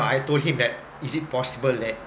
but I told him that is it possible that